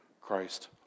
Christ